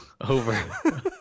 over